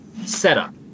Setup